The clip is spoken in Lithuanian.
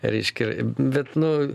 reiškia bet nu